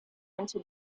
into